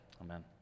Amen